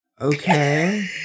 Okay